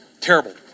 Terrible